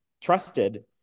trusted